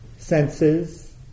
Senses